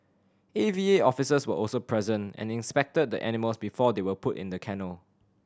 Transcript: A V A officers were also present and inspected the animals before they were put in the kennel